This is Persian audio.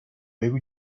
بگو